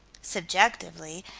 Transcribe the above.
subjectively,